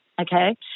Okay